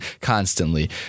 constantly